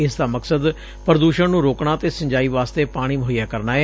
ਇਸ ਦਾ ਮਕਸਦ ਪ੍ਰਦੁਸ਼ਣ ਨੂੰ ਰੋਕਣਾ ਅਤੇ ਸਿੰਜਾਈ ਵਾਸਤੇ ਪਾਣੀ ਮੁਹੱਈਆ ਕਰਨਾ ਏ